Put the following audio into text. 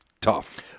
tough